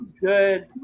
good